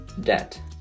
debt